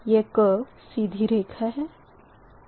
यह IC curve सीधी रेखा है